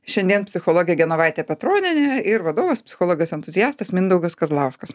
šiandien psichologė genovaitė petronienė ir vadovas psichologas entuziastas mindaugas kazlauskas